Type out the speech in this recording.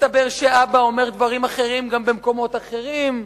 מסתבר שאבא אומר דברים אחרים גם במקומות אחרים.